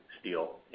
steel